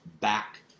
back